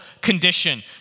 condition